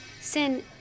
Sin